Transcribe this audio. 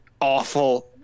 awful